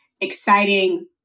exciting